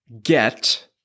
get